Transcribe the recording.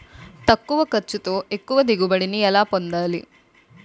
తక్కువ ఖర్చుతో ఎక్కువ దిగుబడి ని ఎలా పొందాలీ?